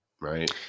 right